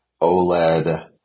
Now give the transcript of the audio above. OLED